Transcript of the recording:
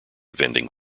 vending